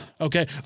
okay